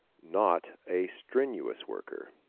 not a strenuous worker